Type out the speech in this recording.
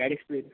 ଗାଡ଼ି ସ୍ପୀଡ଼